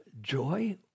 joy